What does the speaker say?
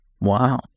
wow